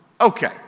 Okay